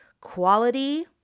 quality